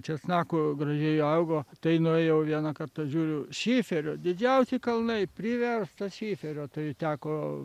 česnakų gražiai augo tai nuėjau vieną kartą žiūriu šiferio didžiausi kalnai priversta šiferio tai teko